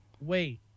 wait